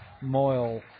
Moyle